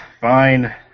Fine